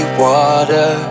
water